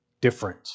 different